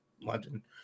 London